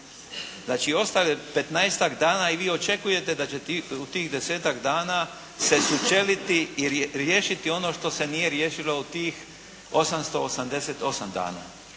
petnaestak dana i vi očekujete da će u tih desetak dana se sučeliti i riješiti ono što se nije riješilo u tih 888 dana.